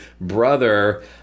brother